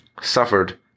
suffered